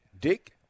Dick